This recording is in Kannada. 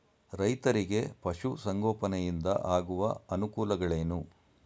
ರೈತರಿಗೆ ಪಶು ಸಂಗೋಪನೆಯಿಂದ ಆಗುವ ಅನುಕೂಲಗಳೇನು?